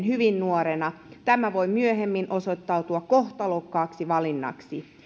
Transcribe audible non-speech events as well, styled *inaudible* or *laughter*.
*unintelligible* hyvin nuorena ja tämä voi myöhemmin osoittautua kohtalokkaaksi valinnaksi